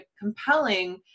compelling